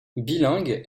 bilingue